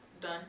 done